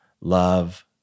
love